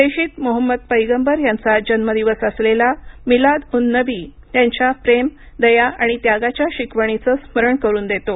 प्रेषित मोहम्मद पैगंबर यांचा जन्मदिवस असलेला मिलाद उन नबी त्यांच्या प्रेम दया आणि त्यागाच्या शिकवणीचं स्मरण करुन देतो